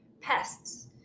pests